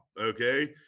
okay